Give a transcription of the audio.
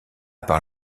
part